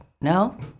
no